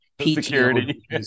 Security